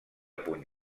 puny